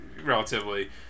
relatively